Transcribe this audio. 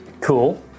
cool